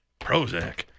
Prozac